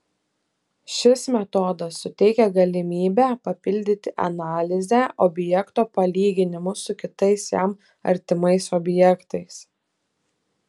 šis metodas suteikia galimybę papildyti analizę objekto palyginimu su kitais jam artimais objektais